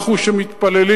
אנחנו, שמתפללים